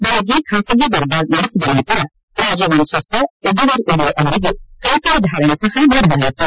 ಬೆಳಗ್ಗೆ ಖಾಸಗಿ ದರ್ಬಾರ್ ನಡೆಸಿದ ನಂತರ ರಾಜವಂಶಸ್ತ ಯದುವೀರ್ ಒಡೆಯರ್ ಅವರಿಗೆ ಕಂಕಣ ಧಾರಣೆ ಸಹ ಮಾಡಲಾಯಿತು